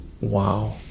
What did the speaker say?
Wow